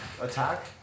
attack